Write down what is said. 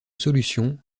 solution